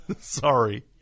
Sorry